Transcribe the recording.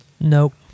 Nope